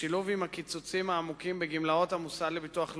בשילוב עם הקיצוצים העמוקים בגמלאות המוסד לביטוח לאומי,